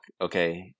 okay